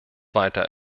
weiter